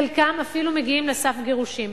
חלקם אפילו מגיעים לסף גירושים.